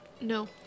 no